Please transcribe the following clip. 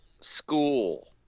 school